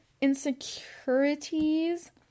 insecurities